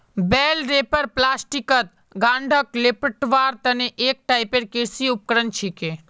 बेल wrapper प्लास्टिकत गांठक लेपटवार तने एक टाइपेर कृषि उपकरण छिके